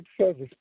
service